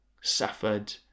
suffered